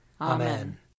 Amen